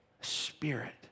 spirit